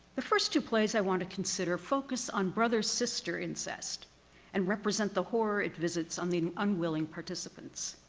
the first two plays i want to consider, focus on brother-sister incest and represent the horror it visits on the unwilling participants.